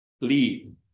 lead